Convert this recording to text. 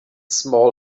small